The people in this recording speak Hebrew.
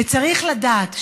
וצריך לדעת,